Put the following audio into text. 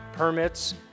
permits